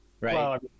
Right